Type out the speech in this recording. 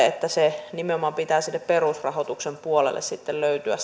että sen kompensaation pitää nimenomaan sinne perusrahoituksen puolelle löytyä